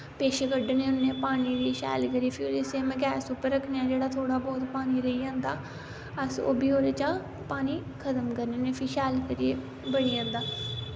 पेच्छ कड्डने होन्ने पानी दी शैल करियै फिर सिम गैस उप्पर रक्खने आ जेह्ड़ा थोह्ड़ा बौह्त पानी रेही जंदा अस ओह्बी ओह्दे चा पानी खत्म करने होन्ने फ्ही शैल करियै बनी जंदा